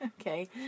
Okay